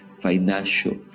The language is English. financial